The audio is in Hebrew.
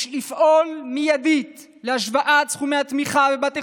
ויש לפעול מיידית להשוואת סכומי התמיכה לבתי